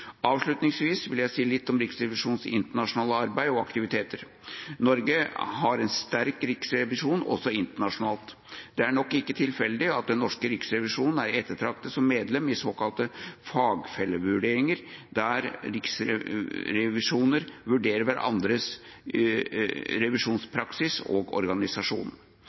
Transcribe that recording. Avslutningsvis vil jeg si litt om Riksrevisjonens internasjonale arbeid og aktiviteter. Norge har en sterk riksrevisjon – også internasjonalt. Det er nok ikke tilfeldig at den norske riksrevisjonen er ettertraktet som medlem i såkalte fagfellevurderinger, der riksrevisjoner vurderer hverandres revisjonspraksis og organisasjon.